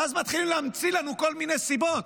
ואז מתחילים להמציא לנו כל מיני סיבות,